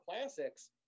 classics